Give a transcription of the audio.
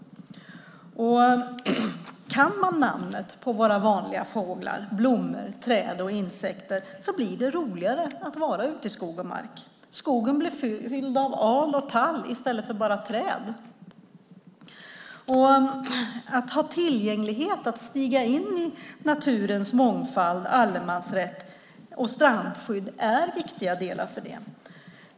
Om man kan namnet på våra vanliga fåglar, blommor, träd och insekter blir det roligare att vara ute i skog och mark. Skogen blir fylld av al och tall i stället för bara träd. Att ha tillgänglighet, att kunna stiga in i naturens mångfald, allemansrätt och strandskydd är viktiga delar för detta.